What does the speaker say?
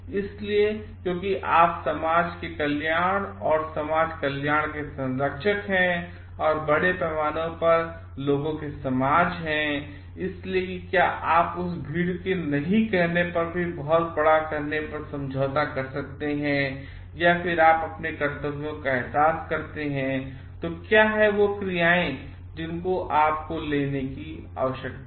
इसलिए क्योंकि आप समाज के कल्याण और समाज कल्याण के संरक्षक हैं और बड़े पैमाने पर लोगों के समाज हैं इसलिए क्या आप उस भीड़ को नहीं कहने पर बड़े होने पर समझौता कर सकते हैं और फिर यदि आपअपने कर्तव्यों काएहसासकरते हैं तो क्या हैं क्रियाएँ जिन्हें आपको लेने की आवश्यकता है